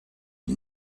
and